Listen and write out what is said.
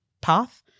path